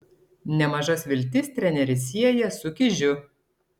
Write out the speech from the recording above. nemažas viltis treneris sieja su kižiu